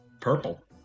Purple